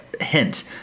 hint